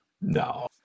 No